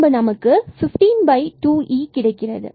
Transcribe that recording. பின்பு நமக்கு 152e கிடைக்கிறது